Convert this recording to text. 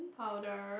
powder